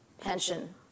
pension